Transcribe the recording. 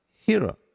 hero